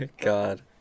god